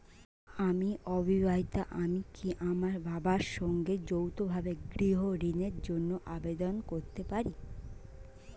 আমি অবিবাহিতা আমি কি আমার বাবার সঙ্গে যৌথভাবে গৃহ ঋণের জন্য আবেদন করতে পারি?